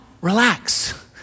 Relax